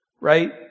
right